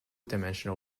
dimensional